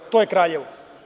To je Kraljevo.